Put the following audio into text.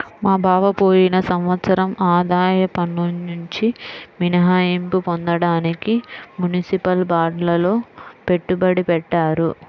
మా బావ పోయిన సంవత్సరం ఆదాయ పన్నునుంచి మినహాయింపు పొందడానికి మునిసిపల్ బాండ్లల్లో పెట్టుబడి పెట్టాడు